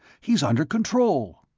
he's under control!